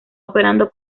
operando